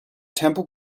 temple